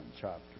chapter